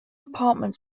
apartment